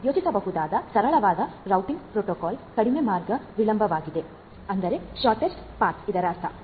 ನಾನು ಯೋಚಿಸಬಹುದಾದ ಸರಳವಾದ ರೂಟಿಂಗ್ ಪ್ರೋಟೋಕಾಲ್ ಕಡಿಮೆ ಮಾರ್ಗ ವಿಳಂಬವಾಗಿದೆಶೊರ್ಟ್ಸ್ಟ್ ಪಥ ಇದರರ್ಥ